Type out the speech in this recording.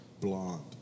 blonde